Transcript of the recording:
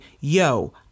yo